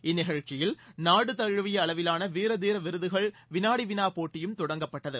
இந்நிகழ்ச்சியில் நாடு தழுவிய அளவிலான வீரதீர விருதுகள் வினாடி வினா போட்டியும் தொடங்கப்பட்டது